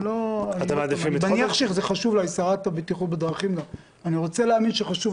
אני מניח שחשוב לשרה לבטיחות בדרכים להיות שם,